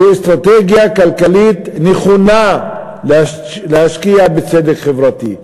זו אסטרטגיה כלכלית נכונה להשקיע בצדק חברתי.